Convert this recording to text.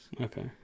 Okay